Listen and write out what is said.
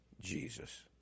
Jesus